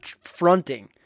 fronting